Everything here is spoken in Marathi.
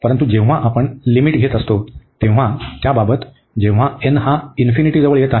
परंतु जेव्हा आपण लिमिट घेत असतो तेव्हा त्याबाबतीत जेव्हा n हा जवळ येत आहे